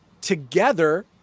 Together